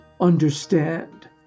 understand